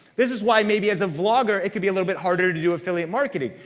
this is why, maybe, as a vlogger it can be a little bit harder to do affiliate marketing.